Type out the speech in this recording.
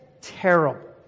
Terrible